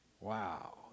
Wow